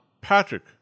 Patrick